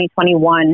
2021